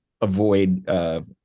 avoid